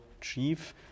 chief